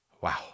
Wow